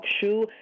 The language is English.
Shoe